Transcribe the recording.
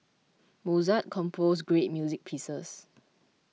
Mozart composed great music pieces